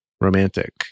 romantic